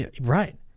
Right